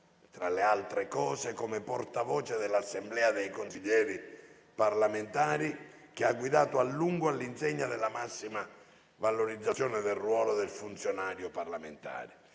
tra le altre cose, come portavoce dell'Associazione consiglieri parlamentari, che ha guidato a lungo all'insegna della massima valorizzazione del ruolo del funzionario parlamentare.